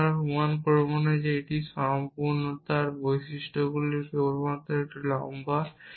তবে আমরা প্রমাণ করব না যে এটি সম্পূর্ণতার বৈশিষ্ট্যগুলি কেবলমাত্র একটু লম্বা